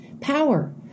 power